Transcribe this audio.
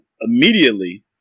immediately